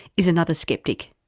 is another sceptic.